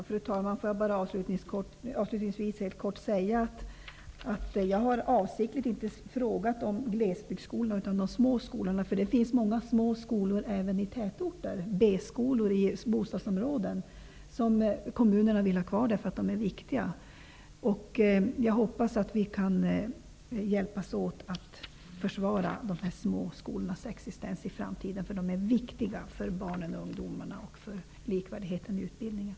Fru talman! Jag vill avslutningsvis helt kort säga att jag med avsikt inte har frågat om glesbygdsskolorna utan om de små skolorna. Det finns många små skolor även i tätorter, t.ex. B-skolor i bostadsområden som kommunerna vill ha kvar eftersom de är viktiga. Jag hoppas att vi kan hjälpas åt att försvara de små skolornas existens i framtiden. De är viktiga för barnen och ungdomarna samt för likvärdigheten i utbildningen.